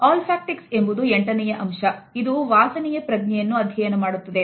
ಹೀಗೆ Olfactics ನಲ್ಲಿ ನಾವು ಸುಗಂಧದ ಅಥವಾ ವಾಸನೆಯ ಪ್ರಾಮುಖ್ಯತೆಯನ್ನು ಅಧ್ಯಯನ ಮಾಡುತ್ತೇವೆ